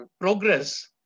progress